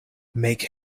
make